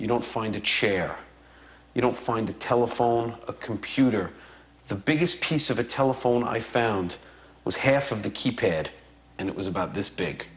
you don't find a chair you don't and a telephone a computer the biggest piece of a telephone i found was half of the keypad and it was about this big